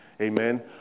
Amen